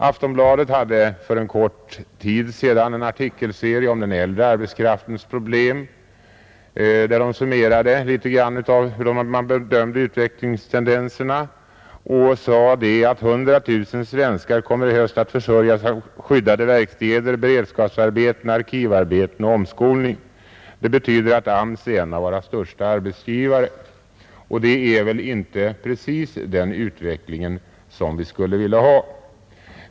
Aftonbladet hade för kort tid sedan en artikelserie om den äldre arbetskraftens problem, där man summerade hur man bedömde utvecklingstendenserna. Det sades att 100 000 svenskar i höst kommer att försörja sig på skyddade verkstäder, beredskapsarbeten, arkivarbeten och omskolning. Det betyder att AMS är en av våra största arbetsgivare, och det är väl inte precis den utveckling som vi skulle vilja ha.